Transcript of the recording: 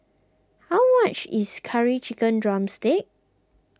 how much is Curry Chicken Drumstick